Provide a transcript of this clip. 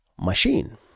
machine